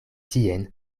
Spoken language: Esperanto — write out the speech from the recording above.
tien